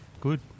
good